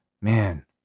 man